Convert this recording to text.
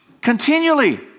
continually